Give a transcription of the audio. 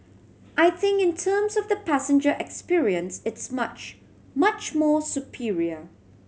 I think in terms of the passenger experience it's much much more superior